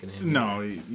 no